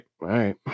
right